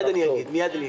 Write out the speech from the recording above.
פוגעים בבריאות,